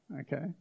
Okay